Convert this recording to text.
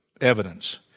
evidence